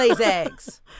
eggs